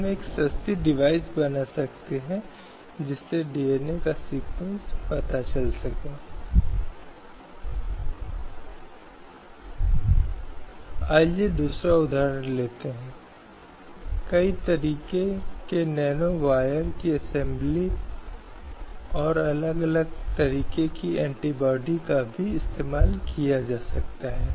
तो यहाँ भी एक ऐसी स्थिति थी जहाँ कानून या जहाँ मौजूदा सेवा विनियमों में किसी महिला के संबंध में प्रतिकूल भेदभाव किया जाता था इसलिए जहाँ एक पुरुष के मामले में किसी पुरुष के विवाह के अतिरिक्त उसके रोज़गार के संबंध में कोई प्रभाव नहीं पड़ता था